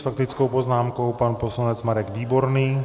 S faktickou poznámkou pan poslanec Marek Výborný.